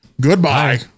Goodbye